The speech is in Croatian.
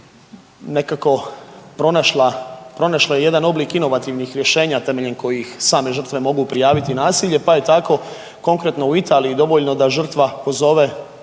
nekako pronašle jedan oblik inovativnih rješenja temeljem kojih same žrtve mogu prijaviti nasilje, pa je tako konkretno u Italiji dovoljno da žrtva pozove